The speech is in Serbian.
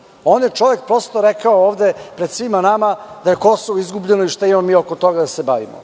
do sada jer je rekao pred svima nama da je Kosovo izgubljeno i šta imamo oko toga da se bavimo,